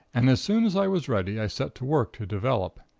and as soon as i was ready i set to work to develop.